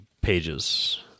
pages